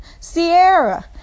Sierra